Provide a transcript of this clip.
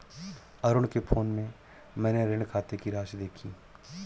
अरुण के फोन में मैने ऋण खाते की राशि देखी